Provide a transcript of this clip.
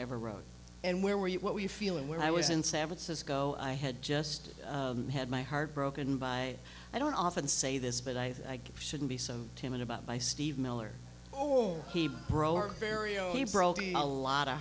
ever wrote and where were you what were you feeling when i was in san francisco i had just had my heart broken by i don't often say this but i shouldn't be so timid about by steve miller oh